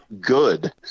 good